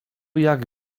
jak